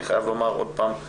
אני חייב לומר עוד פעם,